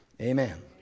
Amen